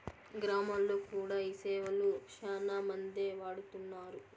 గ్రామాల్లో కూడా ఈ సేవలు శ్యానా మందే వాడుతున్నారు